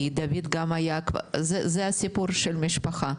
כי זה הסיפור של המשפחה,